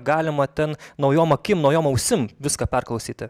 galima ten naujom akim naujom ausim viską perklausyti